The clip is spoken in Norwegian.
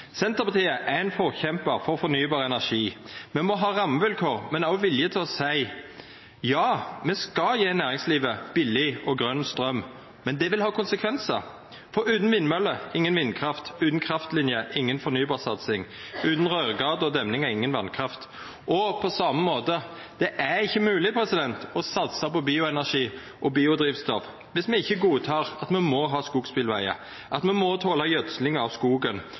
Senterpartiet er ein forkjempar for fornybar energi. Me må ha rammevilkår, men òg vilje til å seia: Ja, me skal gje næringslivet billig og grøn straum, men det vil ha konsekvensar, for utan vindmøller inga vindkraft, utan kraftlinjer inga fornybarsatsing, utan røyrgater og demningar inga vasskraft. På same måte er det ikkje mogleg å satsa på bioenergi og biodrivstoff viss me ikkje godtek at me må ha skogsbilvegar, at me må tola gjødsling av skogen,